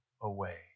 away